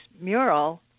mural